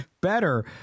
better